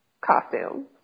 costume